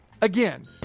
again